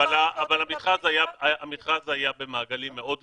אבל המכרז היה במעגלים מאוד קצרים.